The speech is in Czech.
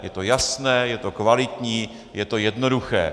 Je to jasné, je to kvalitní, je to jednoduché.